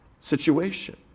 situation